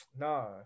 no